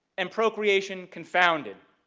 and procreation confounded.